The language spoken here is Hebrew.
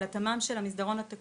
על התמ"מ של המסדרון ה- --?